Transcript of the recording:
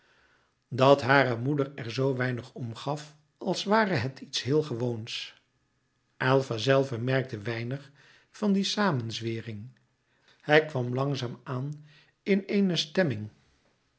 dat hare moeder er z weinig om gaf als ware het iets heel gewoons aylva zelve merkte weinig van die samenzwering hij kwam langzaam aan in eene stemming